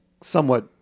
somewhat